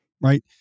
right